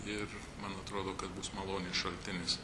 ir man atrodo kad bus malonės šaltinis